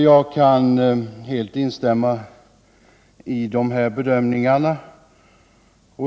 Jag kan helt instämma i dessa bedömningar.